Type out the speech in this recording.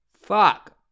Fuck